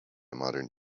modern